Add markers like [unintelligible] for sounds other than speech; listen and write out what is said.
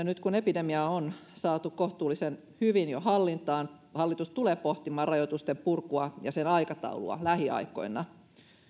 [unintelligible] nyt kun epidemia on saatu kohtuullisen hyvin jo hallintaan hallitus tulee pohtimaan rajoitusten purkua ja sen aikataulua lähiaikoina